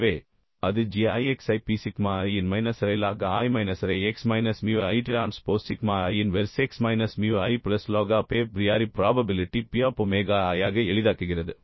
எனவே அது g i x ஐ p சிக்மா i இன் மைனஸ் அரை லாக் i மைனஸ் அரை X minus mu i transpose sigma i inverse X minus mu i plus log of a priori probability P of omega i ஆக எளிதாக்குகிறது